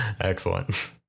excellent